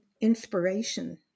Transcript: inspiration